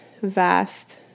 vast